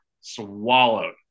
swallowed